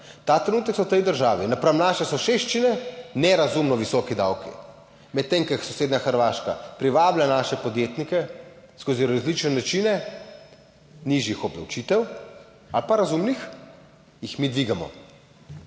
Ta trenutek so v tej državi napram naši soseščini nerazumno visoki davki. Medtem ko sosednja Hrvaška privablja naše podjetnike skozi različne načine nižjih obdavčitev ali pa razumnih, jih mi dvigamo.